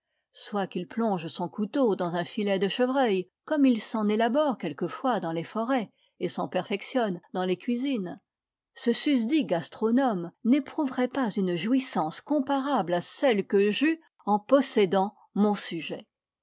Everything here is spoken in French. soit qu'il plonge son couteau dans un filet de chevreuil comme il s'en élabore quelquefois dans les forêts et s'en perfectionne dans les cuisines ce susdit gastronome n'éprouverait pas une jouissance comparable à celle que j'eus en possédant mon sujet